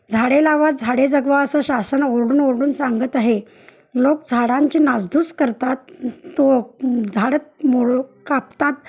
झाडे लावा झाडे जगवा असं शासन ओरडून ओरडून सांगत आहे लोक झाडांची नासधूस करतात तो झाडत मोळ कापतात